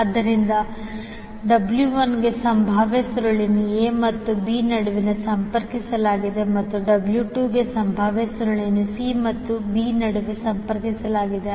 ಆದ್ದರಿಂದ 𝑊1 ಗೆ ಸಂಭಾವ್ಯ ಸುರುಳಿಯನ್ನು a ಮತ್ತು b ನಡುವೆ ಸಂಪರ್ಕಿಸಲಾಗಿದೆ ಮತ್ತು 𝑊2 ಗೆ ಸಂಭಾವ್ಯ ಸುರುಳಿಯನ್ನು c ಮತ್ತು b ನಡುವೆ ಸಂಪರ್ಕಿಸಲಾಗಿದೆ